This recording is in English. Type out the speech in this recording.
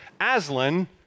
Aslan